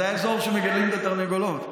זה האזור שמגדלים את התרנגולות.